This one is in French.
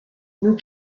nous